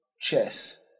chess